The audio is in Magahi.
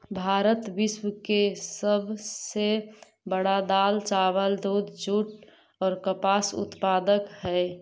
भारत विश्व के सब से बड़ा दाल, चावल, दूध, जुट और कपास उत्पादक हई